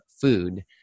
food